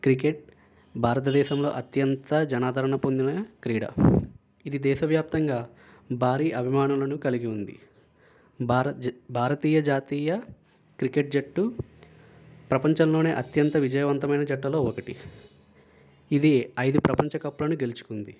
cricket భారతదేశంలో అత్యంత జనాదరణ పొందిన క్రీడ ఇది దేశవ్యాప్తంగా భారీ అభిమానులను కలిగి ఉంది భారతజా భారతీయ జాతీయ క్రికెట్ జట్టు ప్రపంచంలోనే అత్యంత విజయవంతమైన జట్లలో ఒకటి ఇది ఐదు ప్రపంచ కప్పులను గెలుచుకుంది